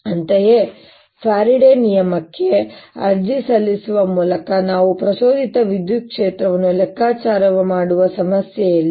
ಅಂತೆಯೇ ಫ್ಯಾರಡೆ ನಿಯಮಕ್ಕೆ ಅರ್ಜಿ ಸಲ್ಲಿಸುವ ಮೂಲಕ ನಾವು ಪ್ರಚೋದಿತ ವಿದ್ಯುತ್ ಕ್ಷೇತ್ರವನ್ನು ಲೆಕ್ಕಾಚಾರ ಮಾಡುವ ಸಮಸ್ಯೆಯಲ್ಲಿ